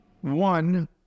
one